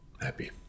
happy